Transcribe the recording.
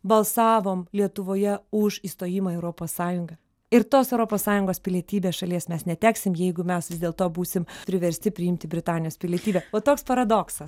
balsavom lietuvoje už įstojimą į europos sąjungą ir tos europos sąjungos pilietybės šalies mes neteksim jeigu mes vis dėlto būsim priversti priimti britanijos pilietybę va toks paradoksas